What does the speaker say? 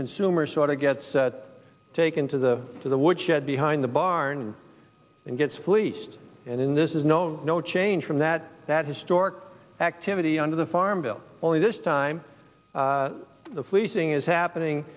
consumer sort of gets taken to the to the woodshed behind the barn and gets fleeced and then this is known no change from that that historic activity under the farm bill only this time the fleecing is happening